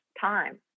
time